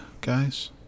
guys